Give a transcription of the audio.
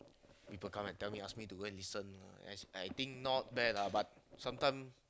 people come and tell me ask me to go and listen I think not bad lah but sometime